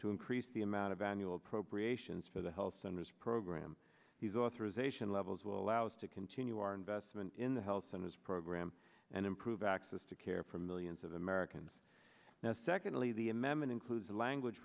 to increase the amount of annual appropriations for the health centers program these authorization levels will allow us to continue our investment in the health centers program and improve access to care for millions of americans now secondly the m m n includes a language